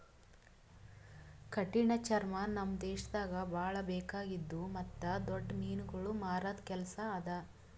ಕಠಿಣ ಚರ್ಮ ನಮ್ ದೇಶದಾಗ್ ಭಾಳ ಬೇಕಾಗಿದ್ದು ಮತ್ತ್ ದೊಡ್ಡ ಮೀನುಗೊಳ್ ಮಾರದ್ ಕೆಲಸ ಅದಾ